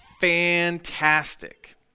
fantastic